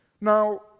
Now